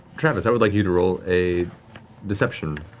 travis, i would like you to roll a deception.